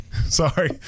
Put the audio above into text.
Sorry